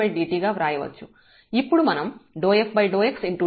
ఇప్పుడు మనం f∂xdxdtf∂ydydt ని లెక్కిస్తాము